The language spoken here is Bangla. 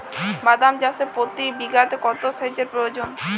বাদাম চাষে প্রতি বিঘাতে কত সেচের প্রয়োজন?